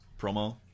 promo